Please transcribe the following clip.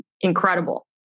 incredible